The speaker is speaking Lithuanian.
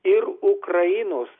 ir ukrainos